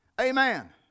Amen